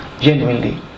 genuinely